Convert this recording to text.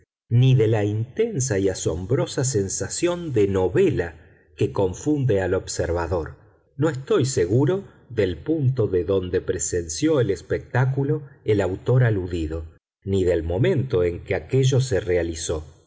ni de la intensa y asombrosa sensación de novela que confunde al observador no estoy seguro del punto de dónde presenció el espectáculo el autor aludido ni del momento en que aquello se realizó